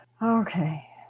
Okay